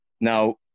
Now